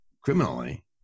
criminally